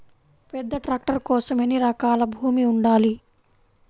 పెద్ద ట్రాక్టర్ కోసం ఎన్ని ఎకరాల భూమి ఉండాలి?